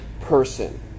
person